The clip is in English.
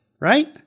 right